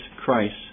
Christ